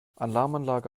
alarmanlage